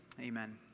Amen